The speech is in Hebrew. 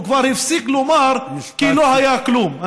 הוא כבר הפסיק לומר: כי לא היה כלום.